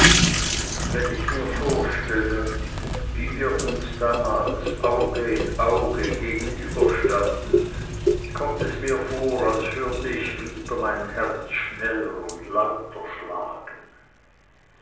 wenn ich mir vorstelle wie wir uns da mals auge in auge gegenüberstanden kommt es mir vor als hörte ich wieder mein herz schneller und lauter schlagen